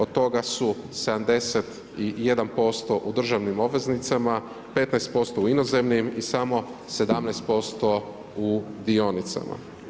Od toga su 71% u državnim obveznicama, 15% u inozemnim i samo 17% u dionicama.